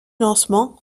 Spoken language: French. lancement